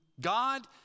God